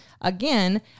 Again